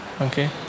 Okay